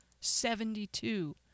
Seventy-two